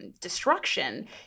destruction